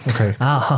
Okay